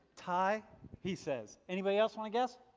thai he says. anybody else want to guess?